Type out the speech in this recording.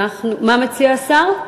מה מציע השר?